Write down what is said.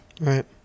Right